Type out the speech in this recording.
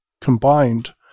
combined